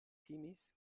timis